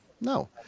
No